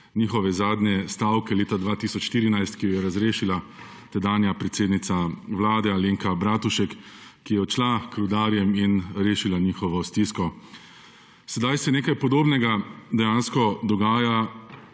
njihove zadnje stavke leta 2014, ki jo je razrešila tedanja predsednica Vlade Alenka Bratušek, ki je odšla k rudarjem in rešila njihovo stisko. Sedaj se nekaj podobnega najavlja,